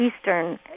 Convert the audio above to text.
Eastern